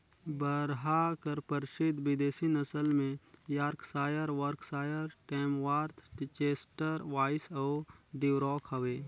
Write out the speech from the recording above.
बरहा कर परसिद्ध बिदेसी नसल में Yorkshire, Berkshire, Tamworth, Chester White अउ ड्यूरॉक हवे